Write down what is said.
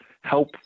help